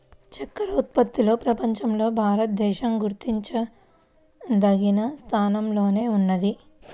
చక్కర ఉత్పత్తిలో ప్రపంచంలో భారతదేశం గుర్తించదగిన స్థానంలోనే ఉన్నది